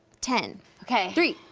ten. okay. three,